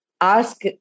ask